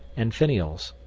and finials.